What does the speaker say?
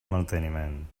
manteniment